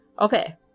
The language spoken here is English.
Okay